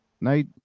Night